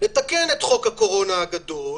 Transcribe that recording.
לתקן את חוק הקורונה הגדול,